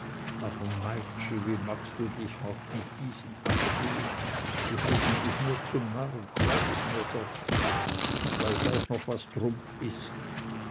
aber meitschi wie magst du dich doch mit diesen abgeben sie halten dich nur zum narren glaub es mir doch ich weiß auch noch was trumpf ist